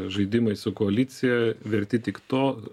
žaidimai su koalicija verti tik to